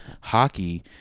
hockey –